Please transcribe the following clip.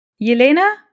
Yelena